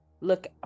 look